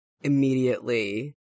immediately